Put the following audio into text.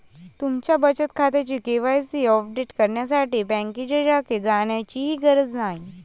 तुमच्या बचत खात्याचे के.वाय.सी अपडेट करण्यासाठी बँकेच्या शाखेत जाण्याचीही गरज नाही